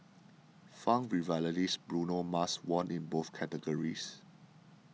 funk revivalist Bruno Mars won in both categories